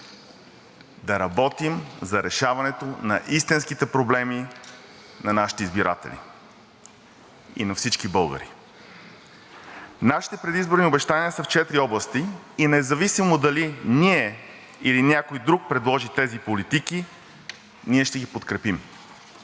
да работим за решаването на истинските проблеми на нашите избиратели и на всички българи. Нашите предизборни обещания са в четири области и независимо дали ние, или някой друг предложи тези политики, ние ще ги подкрепим.